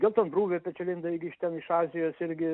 geltonbruvė pečialinda irgi iš ten iš azijos irgi